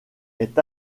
est